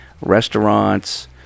restaurants